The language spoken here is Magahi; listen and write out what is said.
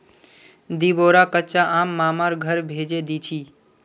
दी बोरा कच्चा आम मामार घर भेजे दीछि